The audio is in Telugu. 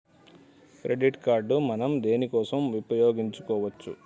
క్రెడిట్ కార్డ్ మనం దేనికోసం ఉపయోగించుకోవచ్చు?